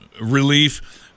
relief